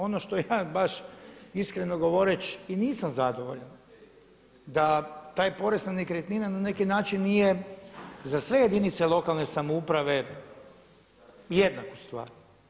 Ono što ja baš iskreno govoreći i nisam zadovoljan da taj porez na nekretnine na neki način nije za sve jedinice lokalne samouprave jednak u stvari.